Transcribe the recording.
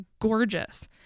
gorgeous